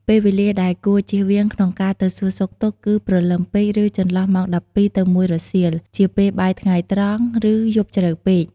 ពេលវេលាដែលគួរជៀសវាងក្នុងការទៅសួរសុខទុក្ខគឺ ព្រលឹមពេក ឬ ចន្លោះម៉ោង ១២ ទៅ ១ រសៀល ជាពេលបាយថ្ងៃត្រង់ ឬ យប់ជ្រៅពេក។